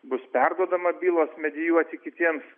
bus perduodama bylos medijuoti kitiems